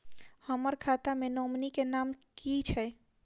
हम्मर खाता मे नॉमनी केँ नाम की छैय